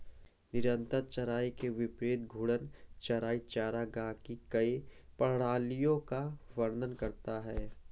निरंतर चराई के विपरीत घूर्णन चराई चरागाह की कई प्रणालियों का वर्णन करता है